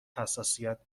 حساسیت